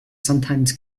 sometimes